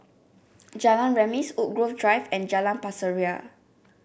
Jalan Remis Woodgrove Drive and Jalan Pasir Ria